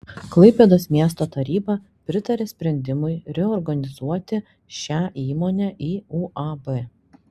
klaipėdos miesto taryba pritarė sprendimui reorganizuoti šią įmonę į uab